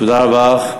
תודה רבה.